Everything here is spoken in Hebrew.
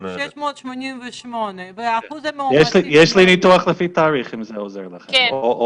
688,000. יש לי ניתוח לפי תאריך, אם זה עוזר לכם.